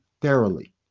thoroughly